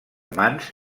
mans